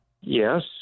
Yes